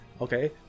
okay